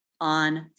on